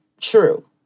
true